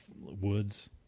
woods